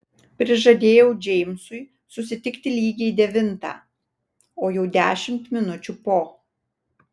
prižadėjau džeimsui susitikti lygiai devintą o jau dešimt minučių po